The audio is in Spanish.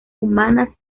humanas